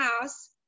house